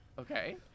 Okay